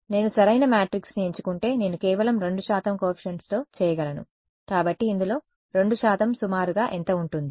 నేను సరైన మ్యాట్రిక్స్ని ఎంచుకుంటే నేను కేవలం 2 శాతం కోఎఫీషియంట్స్తో చేయగలను కాబట్టి ఇందులో 2 శాతం సుమారుగా ఎంత ఉంటుంది